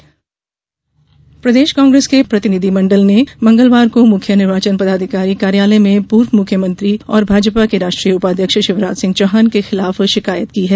चौहान शिकायत प्रदेश कांग्रेस के प्रतिनिधि मंडल ने मंगलवार को मुख्य निर्वाचन पदाधिकारी कार्यालय में पूर्व मुख्यमंत्री और भाजपा के राष्ट्रीय उपाध्यक्ष शिवराज सिंह चौहान के खिलाफ शिकायत की है